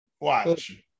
Watch